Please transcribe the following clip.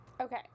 okay